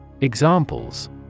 Examples